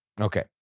Okay